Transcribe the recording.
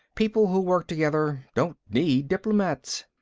people who work together don't need diplomats.